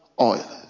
oil